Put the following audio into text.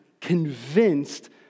convinced